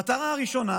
המטרה הראשונה